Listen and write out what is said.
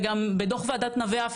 וגם בדוח ועדת נווה לא